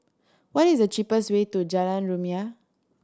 what is the cheapest way to Jalan Rumia